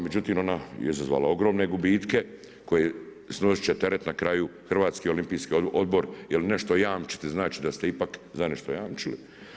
Međutim, ona je izazvala ogromne gubitke koje snosit će teret na kraju Hrvatski olimpijski odbor jer nešto jamčite, znači da ste ipak za nešto jamčili.